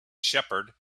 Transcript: shepherd